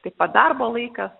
taip pat darbo laikas